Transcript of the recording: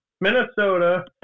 Minnesota